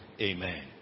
Amen